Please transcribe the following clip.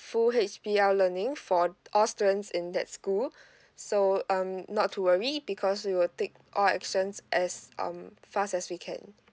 full H_B_L learning for all students in that school so um not to worry because we will take all actions as um fast as we can